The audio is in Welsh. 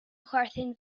chwerthin